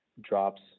drops